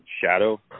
Shadow